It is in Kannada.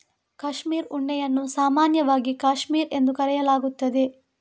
ಕ್ಯಾಶ್ಮೀರ್ ಉಣ್ಣೆಯನ್ನು ಸಾಮಾನ್ಯವಾಗಿ ಕ್ಯಾಶ್ಮೀರ್ ಎಂದು ಕರೆಯಲಾಗುತ್ತದೆ